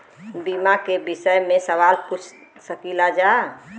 बीमा के विषय मे सवाल पूछ सकीलाजा?